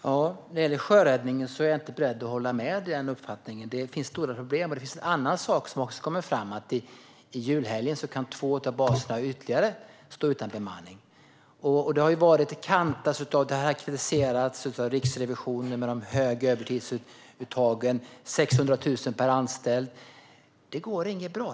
Herr talman! När det gäller sjöräddningen är jag inte beredd att hålla med om den uppfattningen. Det finns stora problem. En annan sak som kommit fram är att ytterligare två baser kan stå utan bemanning i julhelgen. Riksrevisionen har kritiserat de höga övertidsuttagen: 600 000 per anställd. Det går inte bra.